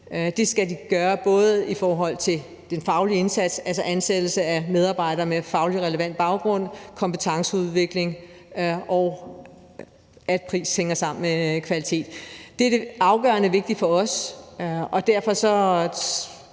Det skal de gøre i forhold til den faglige indsats, altså ansættelse af medarbejdere med fagligt relevant baggrund, kompetenceudvikling, og at pris og kvalitet hænger sammen. Det er afgørende vigtigt for os. Vi har set